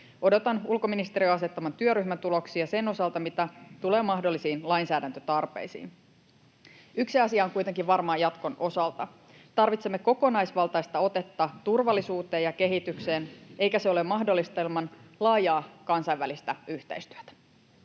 Odotan ulkoministeriön asettaman työryhmän tuloksia sen osalta, mitä tulee mahdollisiin lainsäädäntötarpeisiin. Yksi asia on kuitenkin varmaa jatkon osalta: tarvitsemme kokonaisvaltaista otetta turvallisuuteen ja kehitykseen, eikä se ole mahdollista ilman laajaa kansainvälistä yhteistyötä.